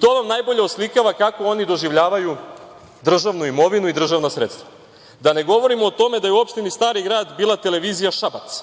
To nam najbolje oslikava kako oni doživljavaju državnu imovinu i državna sredstva. Da ne govorimo o tome da je u opštini Stari Grad bila Televizija Šabac,